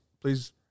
please